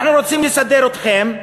אנחנו רוצים לסדר אתכם,